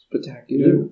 Spectacular